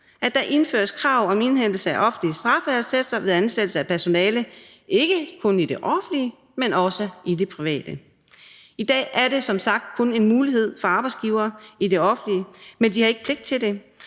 at der indføres krav om indhentelse af offentlige straffeattester ved ansættelse af personale ikke kun i det offentlige, men også i det private. I dag er det som sagt kun en mulighed for arbejdsgivere i det offentlige, men de har ikke pligt til det,